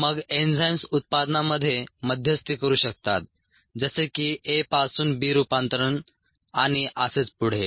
मग एन्झाईम्स उत्पादनांमध्ये मध्यस्थी करू शकतात जसे की ए पासून बी रूपांतरण आणि असेच पुढे